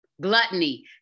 gluttony